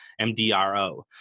MDRO